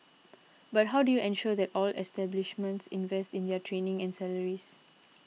but how do you ensure that all establishments invest in their training and salaries